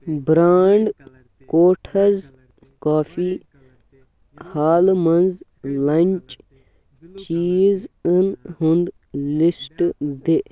Brand کوٹھٔز کافی حالہٕ مَنٛز لنچ چیٖز اُند ہُنٛد لسٹ دِ؟